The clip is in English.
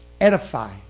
edify